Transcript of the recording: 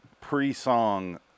pre-song